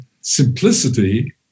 simplicity